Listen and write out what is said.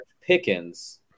Pickens